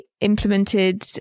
implemented